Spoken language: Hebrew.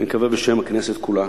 אני מקווה בשם הכנסת כולה,